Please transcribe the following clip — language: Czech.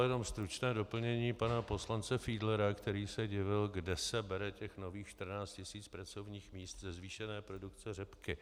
Jenom stručné doplnění pana poslance Fiedlera, který se divil, kde se bere těch nových 14 tisíc pracovních míst ze zvýšené produkce řepky.